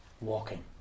walking